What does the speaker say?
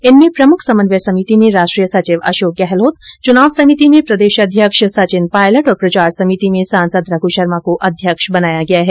इनर्मे प्रमुख समन्वय समिति में राष्ट्रीय सचिव अशोक गहलोत चूनाव समिति में प्रदेशाध्यक्ष सचिन पायलट और प्रचार समिति में सांसद रघू शर्मा को अध्यक्ष बनाया गया है